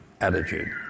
attitude